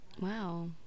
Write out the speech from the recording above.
Wow